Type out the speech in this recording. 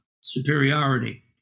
superiority